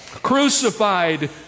crucified